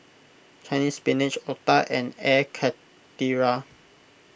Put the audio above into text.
Chinese Spinach Otah and Air Karthira